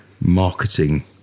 marketing